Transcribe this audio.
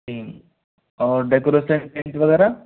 तीन और decoration tent वगैरह